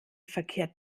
verkehrt